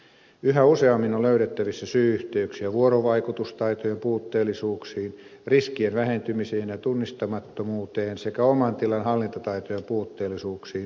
yhä useammin on löydettävissä syy yhteyksiä vuorovaikutustaitojen puutteellisuuksiin riskien vähentymiseen ja tunnistamattomuuteen sekä oman tilan hallintataitojen puutteellisuuksiin